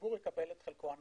- שהציבור יקבל את חלקו הנאות.